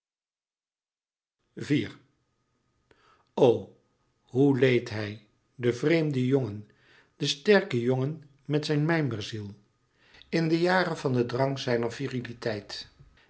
hoe leed hij de vreemde jongen de sterke jongen met zijn mijmerziel in de jaren van den drang zijner